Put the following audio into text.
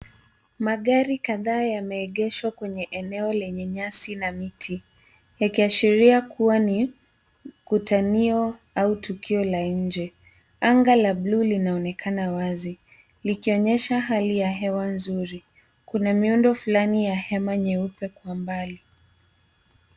Magari kadhaa yameegeshwa kwenye eneo lenye nyasi na miti. Yakiashiria kuwa ni kutanio au tukio la nje. Anga la blue linaonekana wazi, likionyesha hali ya hewa nzuri. Kuna miundo fulani ya hema nyeupe kwa mbali.